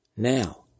Now